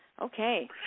Okay